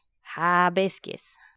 hibiscus